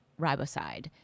riboside